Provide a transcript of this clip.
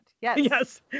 Yes